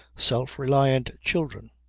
self reliant children,